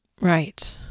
Right